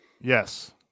Yes